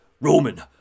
Roman